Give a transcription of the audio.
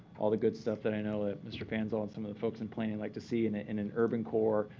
all the good stuff that i know that mr. pansel and some of the folks in planning like to see in ah in an urban core,